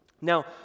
Now